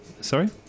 sorry